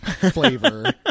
flavor